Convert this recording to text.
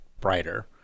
brighter